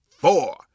four